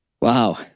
Wow